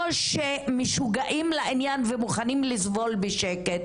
או שמשוגעים לעניין ומוכנים לסבול בשקט